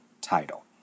title